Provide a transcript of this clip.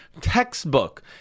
textbook